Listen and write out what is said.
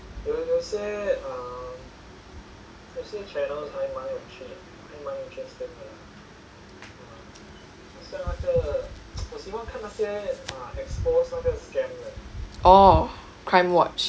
orh crimewatch